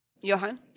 Johan